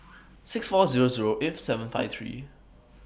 six four Zero Zero eight seven five three